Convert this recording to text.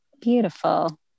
Beautiful